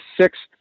sixth